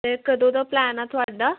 ਅਤੇ ਕਦੋਂ ਦਾ ਪਲੈਨ ਹੈ ਤੁਹਾਡਾ